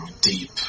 deep